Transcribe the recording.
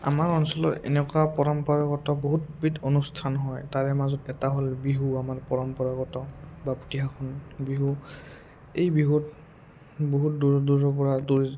আমাৰ অঞ্চলৰ এনেকুৱা পৰম্পৰাগত বহুতবিধ অনুষ্ঠান হয় তাৰে মাজত এটা হ'ল বিহু আমাৰ পৰম্পৰাগত বাপতি সাহোন বিহু এই বিহুত বহুত দূৰৰ দূৰৰপৰা দূৰ